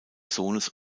sohnes